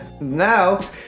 Now